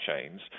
chains